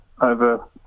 over